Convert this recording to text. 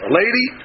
lady